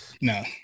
No